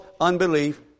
unbelief